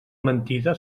mentida